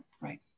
right